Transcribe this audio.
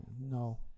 No